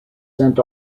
sent